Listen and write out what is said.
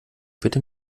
bitte